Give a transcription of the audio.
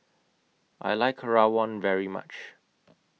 I like Rawon very much